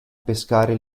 pescare